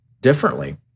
differently